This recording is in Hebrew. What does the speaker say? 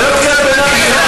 זה לא קריאת ביניים,